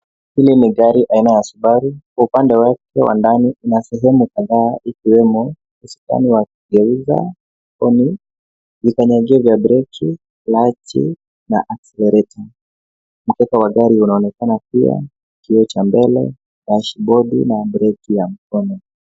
Hili ni gari aina ya Subaru. Kwa upande wa ndani, kuna sehemu kadhaa ikiwemo usukani wa kugeuza, honi, vikanyagio vya breki, lachi na [cs ]accelerator . Mtoto wa gari unaonekana pia, kioo cha mbele, dashibodi na breki ya mkono.